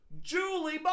Julie